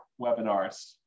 webinars